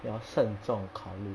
要慎重考虑